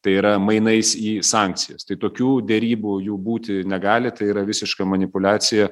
tai yra mainais į sankcijas tai tokių derybų jų būti negali tai yra visiška manipuliacija